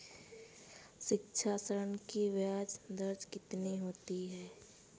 शिक्षा ऋण की ब्याज दर कितनी होती है?